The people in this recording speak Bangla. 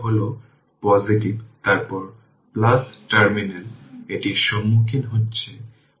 সুতরাং এই 3 Ω এবং 6 Ω রেজিস্টেন্স প্যারালেল এবং সেখানে ইকুইভ্যালেন্ট 6 3 বাই 6 3 হবে